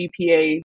GPA